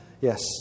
Yes